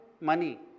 money